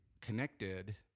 connected